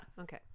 Okay